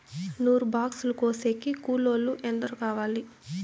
నూరు బాక్సులు కోసేకి కూలోల్లు ఎందరు కావాలి?